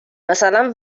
مثلا